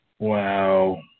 Wow